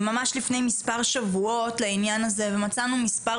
ממש לפני מספר שבועות לענין הזה ומצאנו מספר